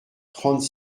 trente